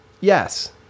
Yes